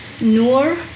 Noor